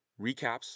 recaps